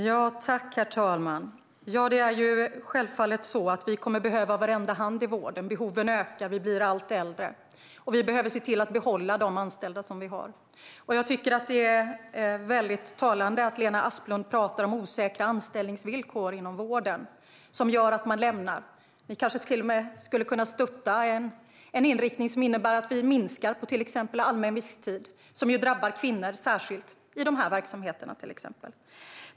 Herr talman! Vi kommer självfallet att behöva varenda hand i vården. Behoven ökar, och vi blir allt äldre. Vi behöver se till att behålla alla de anställda som vi har. Jag tycker att det är väldigt talande att Lena Asplund pratar om att det är osäkra anställningsvillkor inom vården som gör att man lämnar den. Ni skulle kanske till och med kunna stötta en inriktning som innebär att man minskar på till exempel allmän visstid, som ju drabbar särskilt kvinnor i vården.